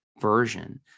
version